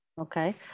Okay